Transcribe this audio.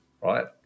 right